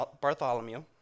Bartholomew